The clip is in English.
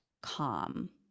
calm